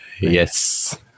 Yes